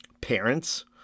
parents